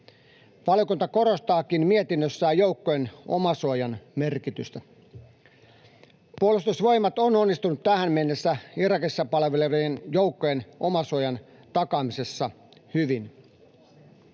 Valiokunta korostaakin mietinnössään joukkojen omasuojan merkitystä. Puolustusvoimat on onnistunut tähän mennessä Irakissa palvelevien joukkojen omasuojan takaamisessa hyvin.